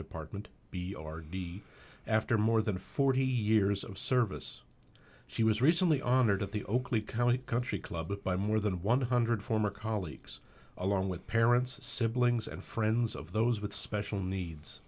department b or d after more than forty years of service she was recently honored at the oakley county country club by more than one hundred former colleagues along with parents siblings and friends of those with special needs